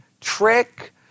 trick